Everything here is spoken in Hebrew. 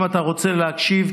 אם אתה רוצה להקשיב,